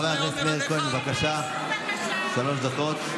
חבר הכנסת מאיר כהן, בבקשה, שלוש דקות.